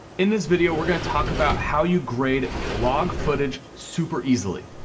in this video, we're gonna talk about how you grade log footage super easily.